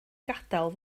gadael